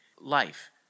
life